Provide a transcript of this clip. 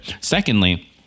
Secondly